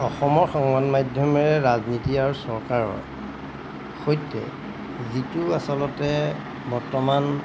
অসমৰ সংবাদ মাধ্যমে ৰাজনীতি আৰু চৰকাৰৰ সৈতে যিটো আচলতে বৰ্তমান